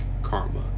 karma